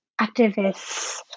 activists